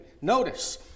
Notice